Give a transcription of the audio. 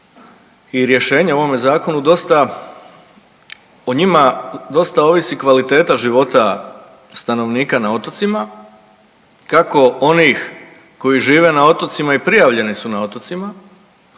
i rješenje u ovome zakonu dosta o njima dosta ovisi kvaliteta života stanovnika na otocima kako onih koji žive na otocima i prijavljeni su na otocima,